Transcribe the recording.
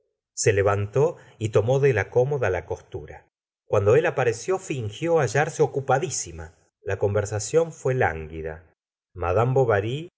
se levantó y tomó de la cómoda la costura cuando él apareció fingió hallarse ocupadisirna la conversación fué lánguida mad bovary